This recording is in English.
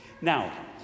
Now